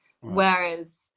whereas